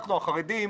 אנחנו החרדים,